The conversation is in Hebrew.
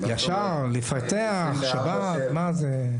ישר לפתח, שבת, מה זה?